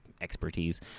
expertise